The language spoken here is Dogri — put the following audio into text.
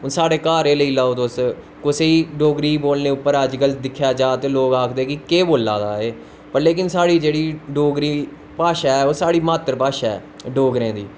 हून साढ़े घर गै लैई लैओ तुस कुसे डोगरी बोलने पर अज कल दिक्खेआ जा ते लोग आखदे केह् बोलादा एह् व लेकिन साढ़ी जेह्की डोगरी भाशा ऐ ओह् साढ़ी मात्तर भाशा ऐ डोगरे दी